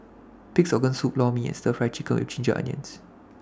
Pig'S Organ Soup Lor Mee and Stir Fry Chicken with Ginger Onions